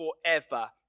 forever